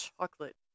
chocolate